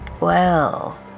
Well